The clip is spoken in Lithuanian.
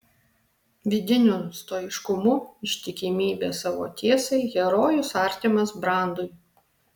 vidiniu stoiškumu ištikimybe savo tiesai herojus artimas brandui